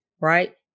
right